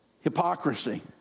Hypocrisy